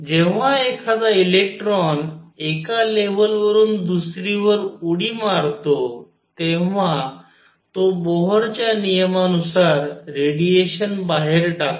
जेव्हा एखादा इलेक्ट्रॉन एका लेवलवरून दुसरीवर उडी मारतो तेव्हा तो बोहरच्या नियमानुसार रेडिएशन बाहेर टाकतो